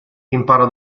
impara